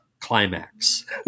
climax